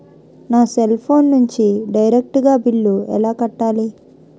నా cell phone నుంచి direct గా బిల్లు ఎలా కట్టాలి?